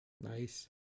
Nice